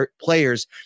players